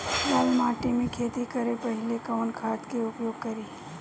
लाल माटी में खेती करे से पहिले कवन खाद के उपयोग करीं?